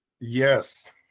yes